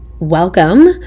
welcome